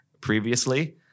previously